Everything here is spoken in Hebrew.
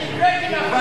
תן לי לדבר עוד דקה, טוב?